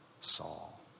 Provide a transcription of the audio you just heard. Saul